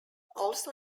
also